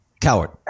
Coward